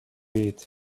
eat